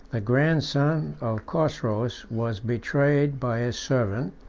the grandson of chosroes was betrayed by his servant,